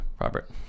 Robert